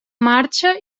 marxa